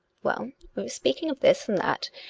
well we were speaking of this and that,